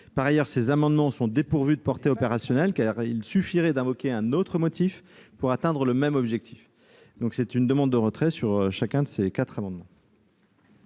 Par ailleurs, ces amendements sont dépourvus de portée opérationnelle, car il suffirait d'invoquer un autre motif pour atteindre le même objectif. La commission demande donc le retrait de ces quatre amendements.